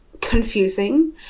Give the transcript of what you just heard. confusing